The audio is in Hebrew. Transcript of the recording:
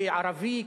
כי ערבי,